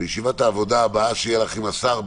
בישיבת העבודה שתהיה לכם עם השר,